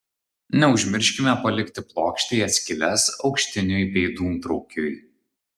neužmirškime palikti plokštėje skyles aukštiniui bei dūmtraukiui